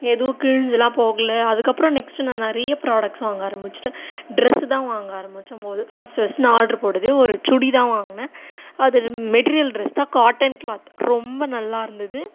எதுவும் கிழிஞ்சியெல்லாம் போகலை அதுக்கப்புறம் நெக்ஸ்ட்டு நான் நிறைய ப்ராடக்ட்ஸ் வாங்க ஆரம்பித்துட்டேன் ட்ரெஸ்ஸு தான் வாங்க ஆரம்பித்தம்போது ஃபஸ்ட் ஃபஸ்ட் நான் ஆட்ரு போட்டதே ஒரு சுடி தான் வாங்கினேன் அதில் மெட்ரியல் ட்ரெஸ் தான் காட்டன் க்ளாத் ரொம்ப நல்லா இருந்தது